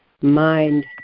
mind